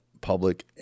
public